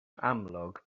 amlwg